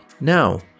Now